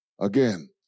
Again